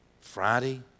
Friday